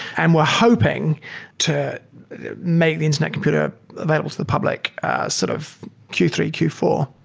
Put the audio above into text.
and we're hoping to make the internet computer available to the public sort of q three, q four.